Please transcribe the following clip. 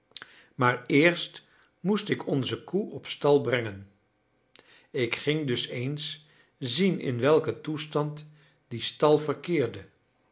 maar eerst moest ik onze koe op stal brengen ik ging dus eens zien in welken toestand die stal verkeerde